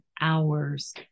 hours